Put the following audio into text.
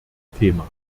thema